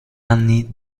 anni